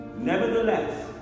Nevertheless